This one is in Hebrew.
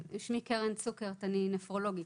אני נפרולוגית.